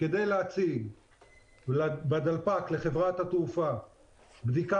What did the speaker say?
כדי להציג לחברת התעופה בדלפק בדיקה